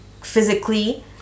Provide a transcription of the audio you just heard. physically